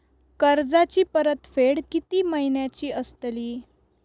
कर्जाची परतफेड कीती महिन्याची असतली?